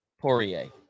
Poirier